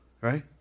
Right